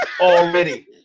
already